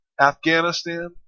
Afghanistan